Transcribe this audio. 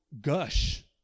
gush